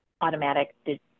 automatic